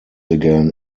again